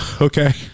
Okay